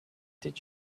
did